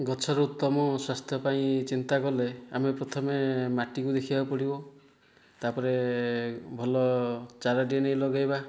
ଗଛର ଉତ୍ତମ ସ୍ୱାସ୍ଥ୍ୟପାଇଁ ଚିନ୍ତାକଲେ ଆମେ ପ୍ରଥମେ ମାଟିକୁ ଦେଖିବାକୁ ପଡ଼ିବ ତା'ପରେ ଭଲ ଚାରାଟିଏ ନେଇ ଲଗାଇବା